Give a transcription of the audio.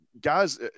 guys